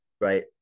Right